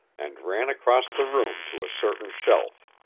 and ran across the room to a certain shelf.